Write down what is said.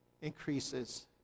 increases